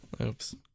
Oops